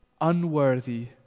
unworthy